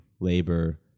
labor